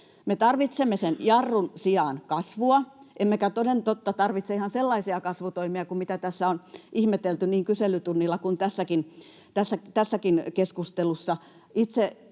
tarvitsemme sen jarrun sijaan kasvua, emmekä toden totta tarvitse ihan sellaisia kasvutoimia kuin mitä tässä on ihmetelty niin kyselytunnilla kuin tässäkin keskustelussa.